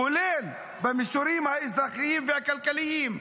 כולל במישורים האזרחיים והכלכליים.